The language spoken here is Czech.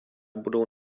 budou